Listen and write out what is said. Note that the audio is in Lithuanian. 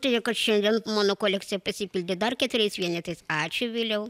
todėl kad šiandien mano kolekcija pasipildė dar keturiais vienetais ačiū viliau